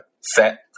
set